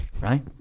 right